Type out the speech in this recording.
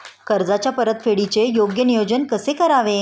कर्जाच्या परतफेडीचे योग्य नियोजन कसे करावे?